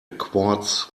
quartz